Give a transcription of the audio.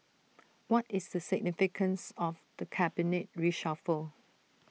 what is the significance of the cabinet reshuffle